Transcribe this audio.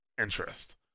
interest